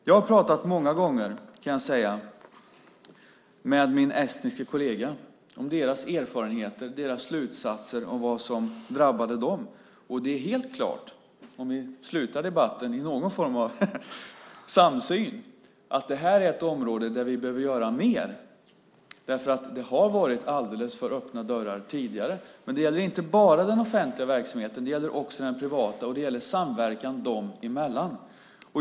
Jag har pratat många gånger med min estniske kollega om deras erfarenheter och deras slutsatser om vad som drabbade dem, och det är helt klart, om vi slutar debatten i någon form av samsyn, att detta är ett område där vi behöver göra mer. Det har varit alldeles för öppna dörrar tidigare. Det gäller inte bara den offentliga verksamheten utan också den privata, och det gäller samverkan dem emellan.